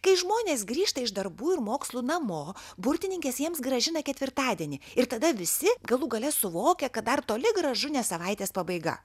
kai žmonės grįžta iš darbų ir mokslų namo burtininkės jiems grąžina ketvirtadienį ir tada visi galų gale suvokia kad dar toli gražu ne savaitės pabaiga